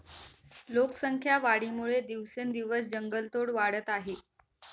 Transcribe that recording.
लोकसंख्या वाढीमुळे दिवसेंदिवस जंगलतोड वाढत आहे